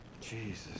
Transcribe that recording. Jesus